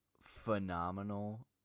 phenomenal